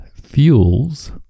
fuels